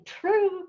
true